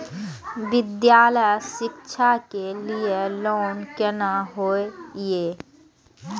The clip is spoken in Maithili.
विद्यालय शिक्षा के लिय लोन केना होय ये?